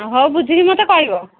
ହଉ ବୁଝିକି ମତେ କହିବ